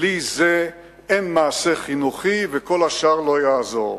בלי זה אין מעשה חינוכי, וכל השאר לא יעזור.